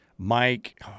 Mike